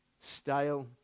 stale